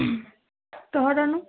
তহঁতৰনো